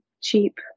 cheap